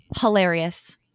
Hilarious